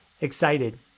excited